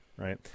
right